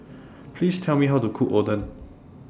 Please Tell Me How to Cook Oden